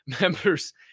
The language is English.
members